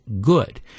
good